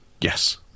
Yes